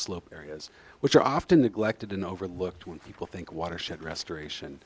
slope areas which are often neglected and overlooked when people think watershed restoration